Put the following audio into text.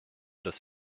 des